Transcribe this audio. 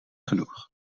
genoeg